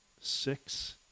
Six